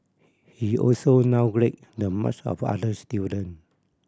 he also downgrade the marks of other student